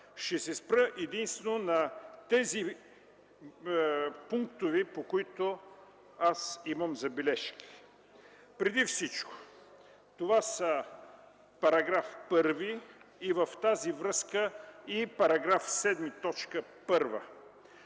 Ще се спра единствено на тези пунктове, по които имам забележки. Преди всичко това са § 1, в тази връзка и § 7, т. 1.